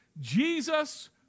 Jesus